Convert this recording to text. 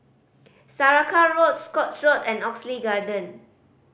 Saraca Road Scotts Road and Oxley Garden